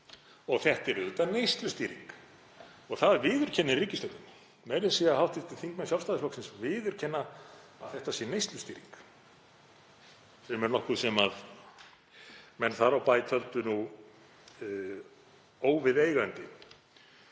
og þetta er auðvitað neyslustýring. Og það viðurkennir ríkisstjórnin meira að segja. Hv. þingmenn Sjálfstæðisflokksins viðurkenna að þetta sé neyslustýring, sem er nokkuð sem menn þar á bæ töldu óviðeigandi,